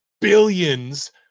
billions